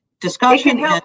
discussion